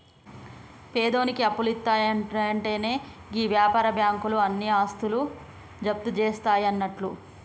పేదోనికి అప్పులిత్తున్నయంటెనే గీ వ్యాపార బాకుంలు ఆని ఆస్తులు జప్తుజేస్తయన్నట్లు